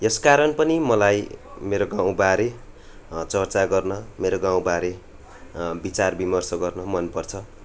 यस कारण पनि मलाई मेरो गाउँबारे चर्चा गर्न मेरो गाउँबारे विचार विमर्श गर्न मनपर्छ